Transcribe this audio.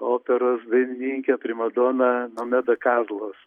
operos dainininkė primadona nomeda kazlaus